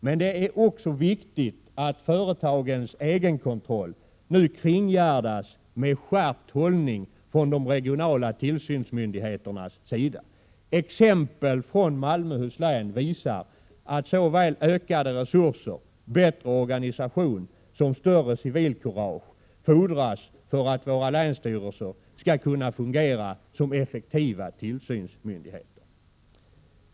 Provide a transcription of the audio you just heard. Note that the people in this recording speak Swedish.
Men det är också viktigt att företagens egen kontroll nu kringgärdas med skärpt hållning från de regionala tillsynsmyndigheterna. Exempel från Malmöhus län visar att såväl ökade resurser och bättre organisation som större civilkurage fordras för att våra länsstyrelser skall kunna fungera som effektiva tillsynsmyndigheter.